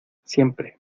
siempre